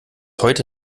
heute